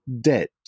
debt